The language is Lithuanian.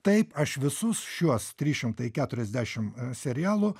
taip aš visus šiuos trys šimtai keturiasdešim serialų